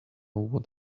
what